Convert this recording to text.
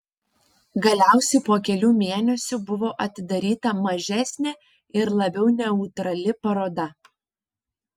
galiausiai po kelių mėnesių buvo atidaryta mažesnė ir labiau neutrali paroda